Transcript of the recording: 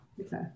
Okay